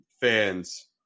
fans